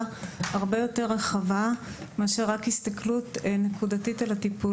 הרבה יותר רחבה מאשר רק הסתכלות נקודתית על הטיפול.